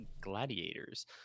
Gladiators